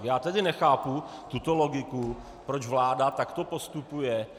Já tedy nechápu tuto logiku, proč vláda takto postupuje.